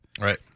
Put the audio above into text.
Right